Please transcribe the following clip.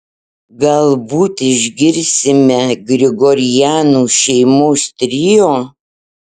galbūt išgirsime grigorianų šeimos trio